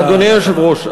אדוני היושב-ראש,